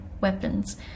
weapons